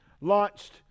launched